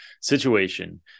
situation